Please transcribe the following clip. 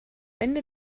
ende